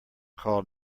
call